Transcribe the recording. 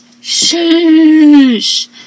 shush